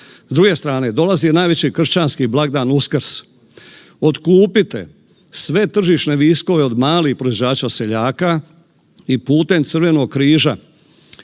S druge strane dolazi najveći kršćanski blagdan Uskrs. Otkupite sve tržišne viškove od malih proizvođača, od seljaka i putem Crvenog križa,